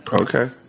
Okay